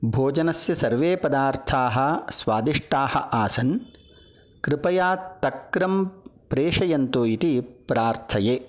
भोजनस्य सर्वे पदार्थाः स्वादिष्टाः आसन् कृपया तक्रं प्रेषयन्तु इति प्रार्थये